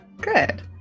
Good